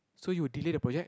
so you will delay the project